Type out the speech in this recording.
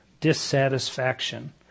Dissatisfaction